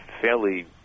fairly